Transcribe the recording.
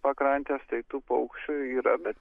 pakrantės tai tų paukščių yra bet